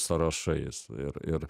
sąrašais ir ir